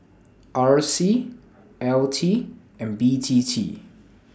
R C L T and B T T